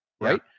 Right